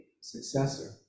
successor